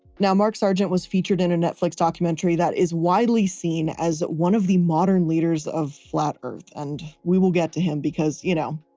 now, mark sargent was featured in a netflix documentary that is widely seen as one of the modern leaders of flat earth, and we will get to him because, you know,